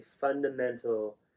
fundamental